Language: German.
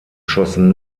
schossen